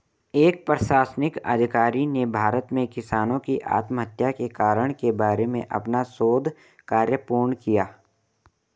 एक प्रशासनिक अधिकारी ने भारत में किसानों की आत्महत्या के कारण के बारे में अपना शोध कार्य पूर्ण किया